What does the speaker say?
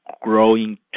growing